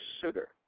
sugar